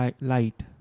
light